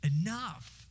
Enough